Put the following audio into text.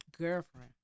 Girlfriend